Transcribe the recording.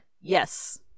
Yes